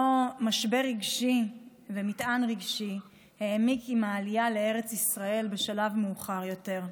אותו משבר ומטען רגשי העמיק עם העלייה לארץ ישראל בשלב מאוחר יותר.